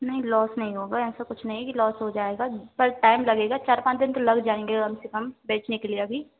नहीं लॉस नहीं होगा ऐसा कुछ नहीं कि लॉस हो जाएगा पर टाइम लगेगा चार पाँच दिन तो लग जाएंगे कम से कम बेचने के लिए अभी